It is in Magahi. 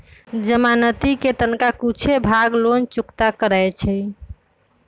जमानती कें तनका कुछे भाग लोन चुक्ता करै छइ